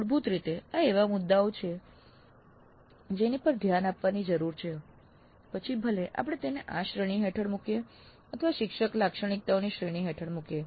મૂળભૂત રીતે આ એવા મુદ્દાઓ છે જેની પર ધ્યાન આપવાની જરૂર છે પછી ભલે આપણે તેને આ શ્રેણી હેઠળ મૂકીએ અથવા શિક્ષક લાક્ષણિકતાઓની શ્રેણી હેઠળ મૂકીએ